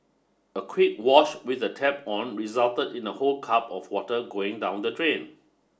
a quick wash with the tap on resulted in a whole cup of water going down the drain